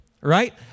right